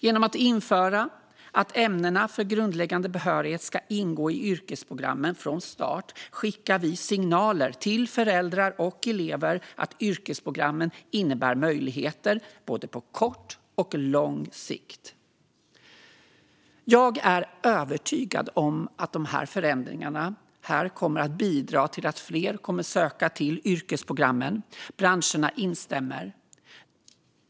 Genom att införa att ämnena för grundläggande behörighet ska ingå i yrkesprogrammen från start skickar vi signaler till föräldrar och elever att yrkesprogrammen innebär möjligheter både på kort och på lång sikt. Jag är övertygad om att de här förändringarna kommer att bidra till att fler kommer att söka till yrkesprogrammen. Branscherna instämmer.